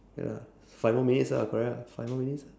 ya five more minutes ah correct ah five more minutes ah